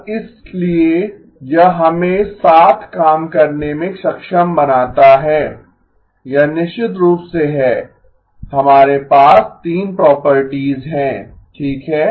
और इसलिए यह हमें साथ काम करने में सक्षम बनाता है यह निश्चित रूप से है हमारे पास 3 प्रॉपर्टीज हैं ठीक है